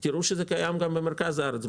אתם תראו שזה קיים גם במרכז הארץ.